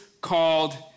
called